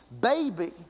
baby